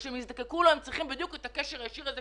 כשהם יזדקקו לו הם צריכים בדיוק את הקשר הישיר הזה,